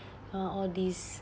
uh all these